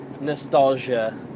nostalgia